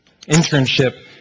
internship